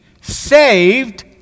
saved